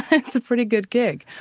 it's a pretty good gig.